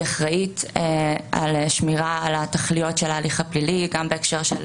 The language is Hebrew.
אחראית על שמירה על התכליות של ההליך הפלילי גם בהקשר של